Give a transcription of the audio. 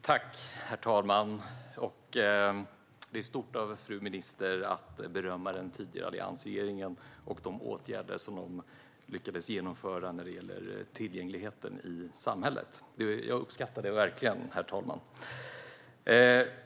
Herr talman! Det är stort av fru ministern att berömma den tidigare alliansregeringen och de åtgärder som den lyckades genomföra när det gäller tillgängligheten i samhället. Jag uppskattar det verkligen, herr talman.